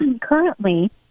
currently